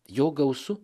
jo gausu